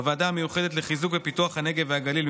בוועדה המיוחדת לחיזוק ופיתוח הנגב והגליל,